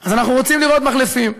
אז אנחנו רוצים לראות מחלפים.